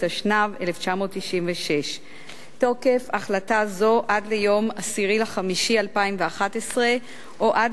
התשנ"ו 1996. תוקף החלטה זו עד ליום 10 במאי 2011 או עד